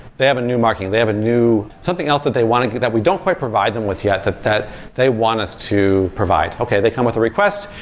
they have a new marketing, they have a new something else that they want that we don't quite provide them with yet, that that they want us to provide okay, they come with a request.